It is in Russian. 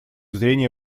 зрения